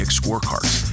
scorecards